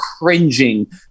cringing